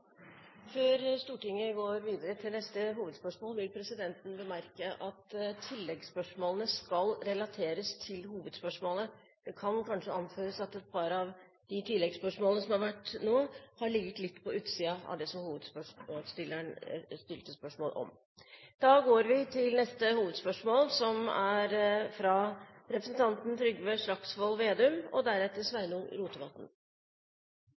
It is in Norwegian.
Før Stortinget går videre til neste hovedspørsmål, vil presidenten bemerke at oppfølgingsspørsmålene skal relateres til hovedspørsmålet. Det kan kanskje anføres at et par av de oppfølgingsspørsmålene som har vært nå, har ligget litt på utsiden av det som hovedspørsmålsstilleren stilte spørsmål om. Da går vi til neste hovedspørsmål. Vi i Senterpartiet er svært opptatt av beredskap og